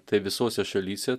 tai visose šalyse